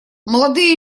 молодые